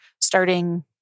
starting